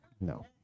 No